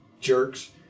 jerks